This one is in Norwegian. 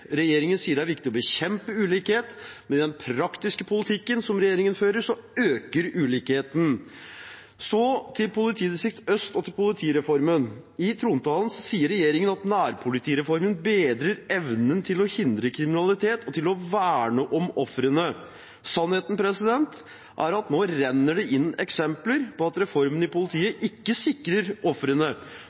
Regjeringen sier det er viktig å bekjempe ulikhet, men med den praktiske politikken som regjeringen fører, øker ulikhetene. Så til Øst politidistrikt og politireformen. I trontalen sier regjeringen at nærpolitireformen «bedrer evnen til å hindre kriminalitet og til å verne om ofrene». Sannheten er at nå renner det inn eksempler på at reformen i politiet ikke sikrer ofrene.